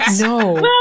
no